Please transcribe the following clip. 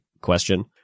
question